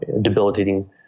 debilitating